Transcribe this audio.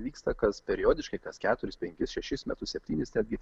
vyksta kas periodiškai kas keturis penkis šešis metus septynis netgi